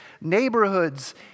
neighborhoods